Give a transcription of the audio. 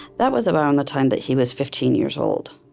that was around the time that he was fifteen years old